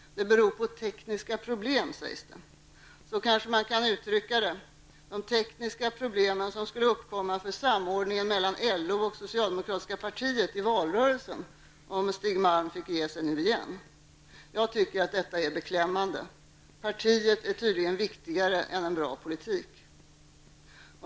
Det beror på tekniska problem, sägs det. Så kanske det kan uttryckas -- de tekniska problem som skulle uppkomma för samordningen mellan LO och det socialdemokratiska partiet i valrörelsen om Malm fick ge sig nu igen. Jag tycker det är beklämmande. Partiet är tydligen viktigare än en bra politik.